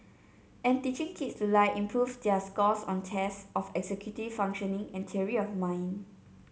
and teaching kids to lie improves their scores on tests of executive functioning and theory of mind